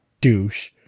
douche